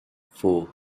four